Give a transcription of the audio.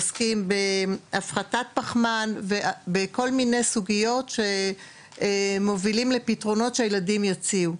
עוסקים בהפחתת פחמן ובכל מיני סוגיות שמובילים לפתרונות שהילדים יציעו.